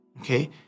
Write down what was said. okay